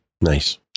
nice